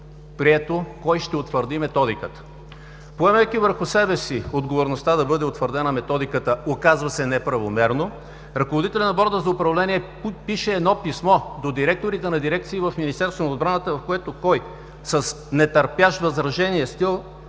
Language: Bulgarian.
прието кой ще утвърди Методиката. Поемайки върху себе си отговорността да бъде утвърдена Методиката, оказва се неправомерно, ръководителят на Борда за управление пише писмо до директорите на дирекции в Министерството на отбраната, в което с нетърпящ възражение стил